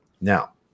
now